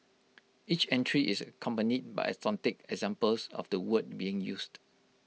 each entry is accompanied by authentic examples of the word being used